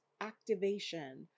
activation